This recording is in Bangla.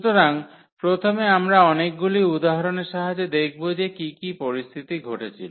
সুতরাং প্রথমে আমরা অনেকগুলি উদাহরণের সাহায্যে দেখব যে কী কী পরিস্থিতি ঘটেছিল